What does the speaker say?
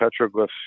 petroglyphs